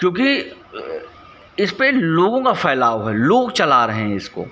क्योंकि इसपर लोगों का फैलाव है लोग चला रहे हैं इसको